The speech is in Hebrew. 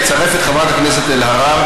נצרף את חברת הכנסת אלהרר,